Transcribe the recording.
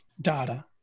data